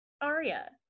Aria